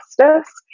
justice